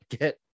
get